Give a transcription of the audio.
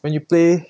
when you play